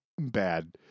bad